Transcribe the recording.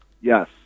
Yes